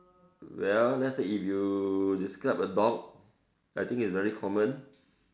well let's say if you describe a dog I think is very common